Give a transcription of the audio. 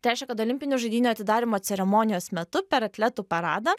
tai reiškia kad olimpinių žaidynių atidarymo ceremonijos metu per atletų paradą